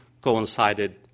coincided